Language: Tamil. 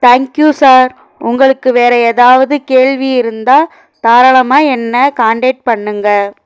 தேங்க்யூ சார் உங்களுக்கு வேற ஏதாவது கேள்வி இருந்தால் தாராளமாக என்ன காண்டக்ட் பண்ணுங்க